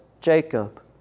Jacob